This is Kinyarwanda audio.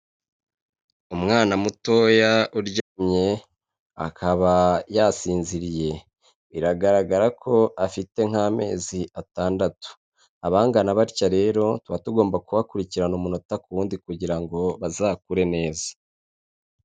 Umwana mutoya uryamye akaba yasinziriye biragaragara ko afite nk'amezi atandatu, abangana batyo rero tuba tugomba kubakurikirana umunota ku wundi kugira ngo bazakure neza.